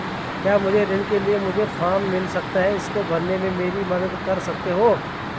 क्या मुझे ऋण के लिए मुझे फार्म मिल सकता है इसको भरने में मेरी मदद कर सकते हो?